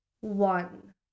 One